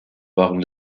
waren